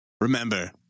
remember